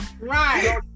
Right